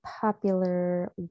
popular